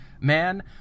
man